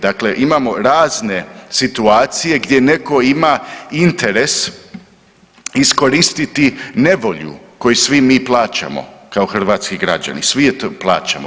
Dakle imao razne situacije gdje netko ima interes iskoristiti nevolju koju svi mi plaćamo kao hrvatski građani, svi je plaćamo.